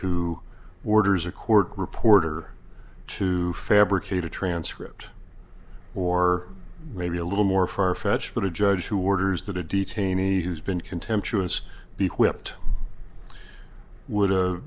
who orders a court reporter to fabricate a transcript or maybe a little more farfetched but a judge who orders that a detainee who's been contemptuous big whipt would